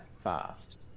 fast